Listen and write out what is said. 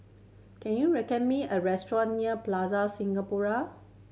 can you recommend me a restaurant near Plaza Singapura